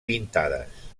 pintades